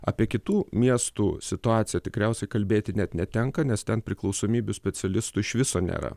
apie kitų miestų situaciją tikriausiai kalbėti net netenka nes ten priklausomybių specialistų iš viso nėra